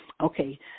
Okay